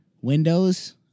Windows